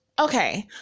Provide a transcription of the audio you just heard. Okay